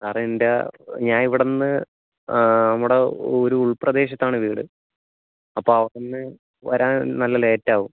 sir എൻ്റെ ഞാൻ ഇവിടുന്ന് നമ്മുടെ ഒരു ഉൾപ്രദേശത്താണ് വീട് അപ്പം അവിടുന്ന് വരാൻ നല്ല ലേറ്റ് ആവും